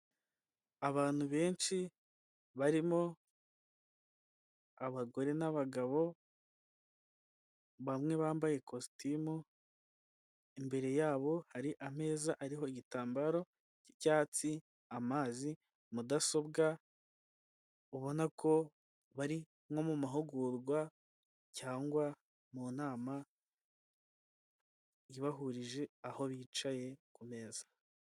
Abantu benshi, barimo abagore n'abagabo, bamwe bambaye kositimu, imbere yabo hari ameza ariho igitambaro cy'icyatsi, amazi, mudasobwa, ubona ko bari nko mu mahugurwa, cyangwa mu nama ibahurije aho bicaye, ku meza.